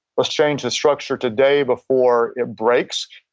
let's change the structure today before it breaks.